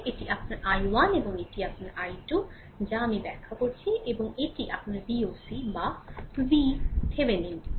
সুতরাং এটি আপনার i 1 এবং এটি আপনার i 2 যা আমি ব্যাখ্যা করেছি এবং এটি আপনার VOC VThevenin